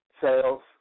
sales